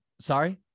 Sorry